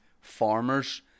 farmers